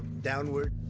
downward.